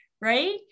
right